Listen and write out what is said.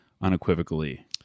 unequivocally